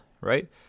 right